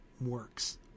works